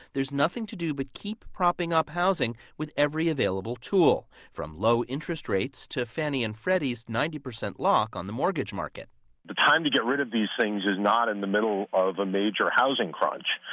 there's nothing to do but keep propping up housing with every available tool from low interest rates, to fannie and freddie's ninety percent lock on the mortgage market the time to get rid of these things is not in the middle of a major housing crunch,